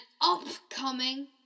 upcoming